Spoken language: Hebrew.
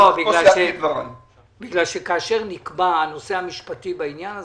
כאשר נקבע הנושא המשפטי בעניין הזה,